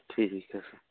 ਠੀਕ ਹੈ ਸਰ